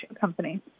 Company